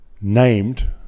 Named